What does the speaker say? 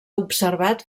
observat